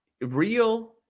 real